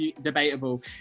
debatable